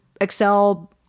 Excel